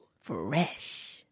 Fresh